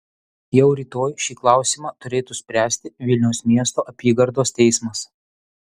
jau rytoj šį klausimą turėtų spręsti vilniaus miesto apygardos teismas